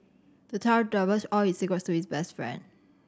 the child divulged all his secrets to his best friend